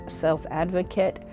self-advocate